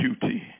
duty